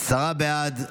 עשרה בעד,